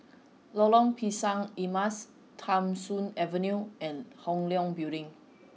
Lorong Pisang Emas Tham Soong Avenue and Hong Leong Building